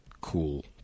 cool